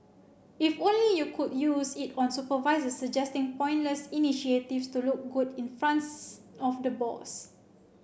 if only you could use it on supervisors suggesting pointless initiatives to look good in fronts of the boss